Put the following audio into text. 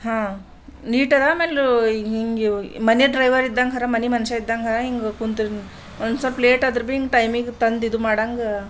ಹಾಂ ನೀಟ್ ಅದಾ ಆಮೇಲೆ ಹಿಂಗೆ ಮನೆ ಡ್ರೈವರ್ ಇದ್ದಂಗಾರ ಮನೆ ಮನುಷ್ಯ ಇದ್ದಂಗ ಹಿಂಗೆ ಕೂತ್ರುನೂ ಒಂದು ಸ್ವಲ್ಪ ಲೇಟ್ ಆದ್ರು ಭೀ ಟೈಮಿಗೆ ತಂದು ಇದು ಮಾಡಂಗೆ